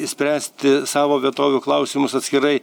išspręsti savo vietovių klausimus atskirai